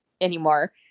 anymore